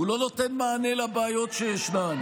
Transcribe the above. הוא לא נותן מענה לבעיות שישנן.